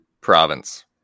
province